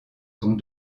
sont